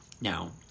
Now